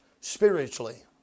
spiritually